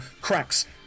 cracks